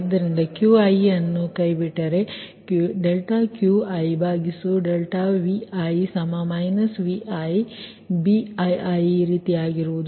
ಆದ್ದರಿಂದ Qi ಅನ್ನು ಕೈಬಿಟ್ಟರೆ ∂Qi∂Vi |Vi|Bii ಈ ರೀತಿಯಾಗುವುದು